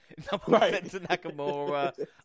Nakamura